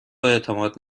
اعتماد